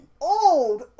old